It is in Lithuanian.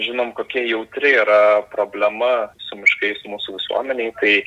žinom kokia jautri yra problema su miškais mūsų visuomenėj tai